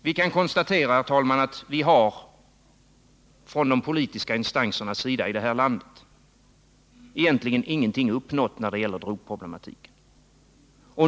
Vi kan konstatera att vi i de politiska instanserna här i landet egentligen ingenting har uppnått när det gäller drogproblematiken.